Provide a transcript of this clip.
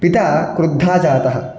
पिता कुद्धः जातः